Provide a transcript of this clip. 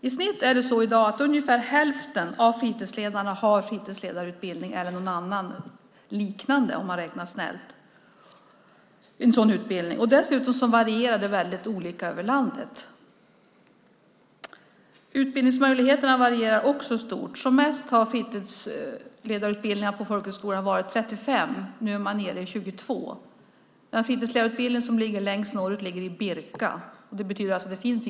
I snitt har ungefär hälften av fritidsledarna i dag fritidsledarutbildning eller någon annan, liknande, utbildning - om man räknar snällt. Dessutom varierar det väldigt över landet. Utbildningsmöjligheterna varierar också stort. Som mest har antalet fritidsledarutbildningar på folkhögskolor varit 35. Nu är man nere i 22. Den fritidsledarutbildning som ligger längst norrut finns på Birka folkhögskola.